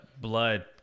blood